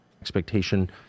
Expectation